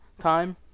time